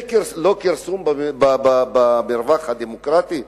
זה לא כרסום במרווח הדמוקרטי?